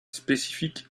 spécifique